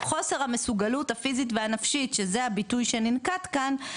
חוסר המסוגלות הפיזית והנפשית שזה הביטוי שננקט כאן,